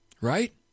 right